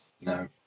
No